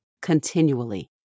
continually